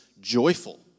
joyful